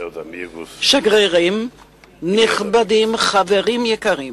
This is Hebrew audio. שגרירים נכבדים, חברים יקרים,